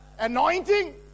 anointing